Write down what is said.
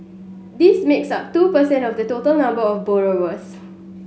this makes up two per cent of the total number of borrowers